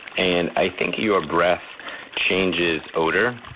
and i think your breath changes odor